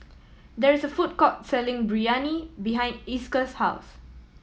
there is a food court selling Biryani behind Esker's house